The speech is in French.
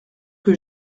que